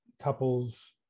couples